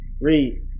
Read